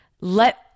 let